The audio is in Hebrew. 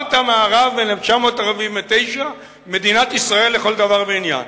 ברטעה-מערב ב-1949 היא מדינת ישראל לכל דבר ועניין.